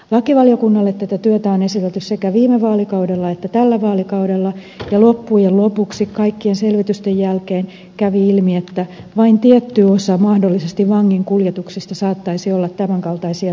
lakivaliokunnalle tätä työtä on esitelty sekä viime vaalikaudella että tällä vaalikaudella ja loppujen lopuksi kaikkien selvitysten jälkeen kävi ilmi että vain tietty osa mahdollisista vanginkuljetuksista saattaisi olla tämän kaltaisia toimintoja